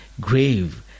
grave